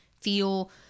feel